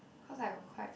cause I got quite